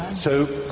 so,